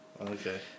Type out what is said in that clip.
Okay